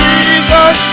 Jesus